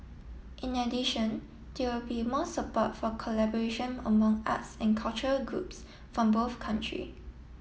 in addition there will be more support for collaboration among us and culture groups from both country